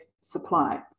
supply